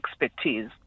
expertise